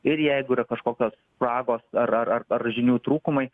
ir jeigu yra kažkokios spragos ar ar ar ar žinių trūkumai